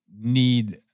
need